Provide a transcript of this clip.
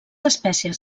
espècies